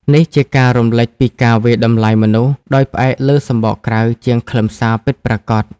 នេះជាការរំលេចពីការវាយតម្លៃមនុស្សដោយផ្អែកលើសម្បកក្រៅជាងខ្លឹមសារពិតប្រាកដ។